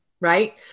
Right